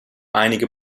einige